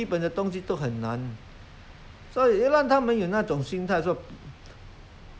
让他们有从慢慢让他们有那种心让他们有这种这种